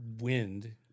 wind